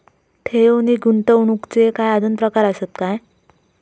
ठेव नी गुंतवणूकचे काय आजुन प्रकार आसत काय?